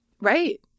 Right